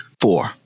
Four